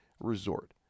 resort